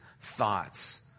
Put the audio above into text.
thoughts